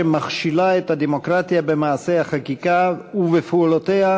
של צ'כיה בדבר שיתוף פעולה במאבק בפשיעה,